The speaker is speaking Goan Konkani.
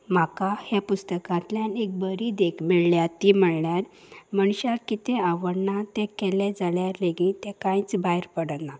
म्हाका ह्या पुस्तकांतल्यान एक बरी देख मेळ्ळ ती म्हण्यार मनशाक कितें आवडना तें केलें जाल्यार लेगी तें कांयच भायर पडना